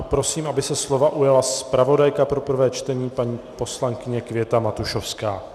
Prosím, aby se slova ujala zpravodajka pro prvé čtení, paní poslankyně Květa Matušovská.